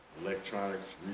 Electronics